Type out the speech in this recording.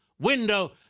window